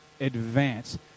advance